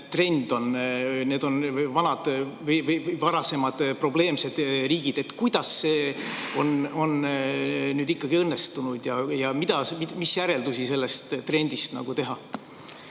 trend on. Need olid varasemalt probleemsed riigid. Kuidas see on neil ikkagi õnnestunud ja mis järeldusi sellest trendist teha?